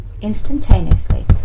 Instantaneously